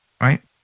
Right